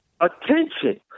attention